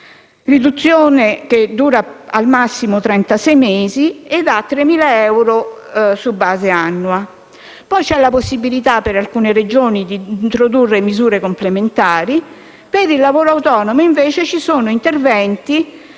riduzione che dura al massimo trentasei mesi, con 3.000 euro su base annua. C'è poi la possibilità per alcune Regioni di introdurre misure complementari. Per il lavoro autonomo, invece, ci sono interventi